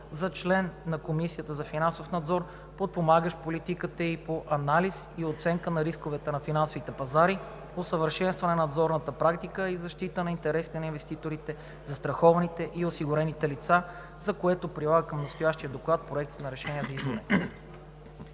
за член на Комисията за финансов надзор, подпомагащ политиката ѝ по анализ и оценка на рисковете на финансовите пазари, усъвършенстване на надзорната практика и защита на интересите на инвеститорите, застрахованите и осигурените лица, за което прилага към настоящия доклад проекти на решения за избора